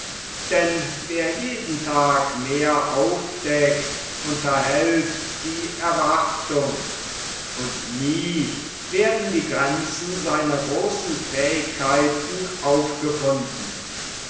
denn wer jeden tag mehr aufdeckt unterhält die erwartung und nie werden gränzen seiner großen fähigkeiten aufgefunden